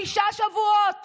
בשישה שבועות